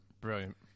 Brilliant